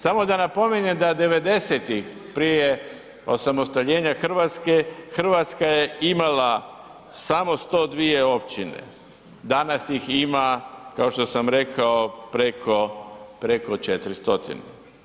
Samo da napomenem da '90. prije osamostaljenja Hrvatske, Hrvatska je imala samo 102 općine, danas ih ima kao što sam rekao preko 400.